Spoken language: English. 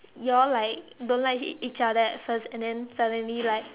you all like don't like each other and first and then suddenly like